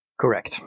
Correct